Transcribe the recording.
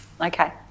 Okay